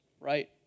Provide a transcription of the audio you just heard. right